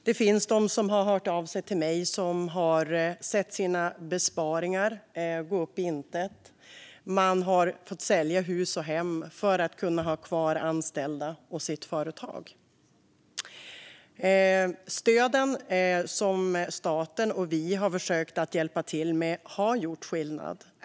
Det finns de som har hört av sig till mig som har sett sina besparingar försvinna i intet. Man har fått sälja hus och hem för att kunna ha kvar anställda och sitt företag. De stöd som staten och vi har försökt hjälpa till med har gjort skillnad.